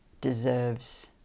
deserves